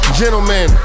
gentlemen